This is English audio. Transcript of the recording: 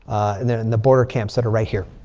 and then the border camps that are right here.